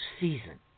season